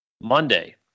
Monday